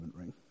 ring